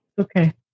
Okay